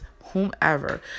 whomever